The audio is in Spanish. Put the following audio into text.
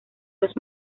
los